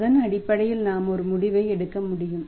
அதன் அடிப்படையில் நாம் ஒரு முடிவை எடுக்க முடியும்